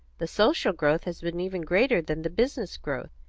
the social growth has been even greater than the business growth.